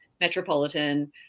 metropolitan